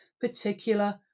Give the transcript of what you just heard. particular